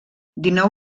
dinou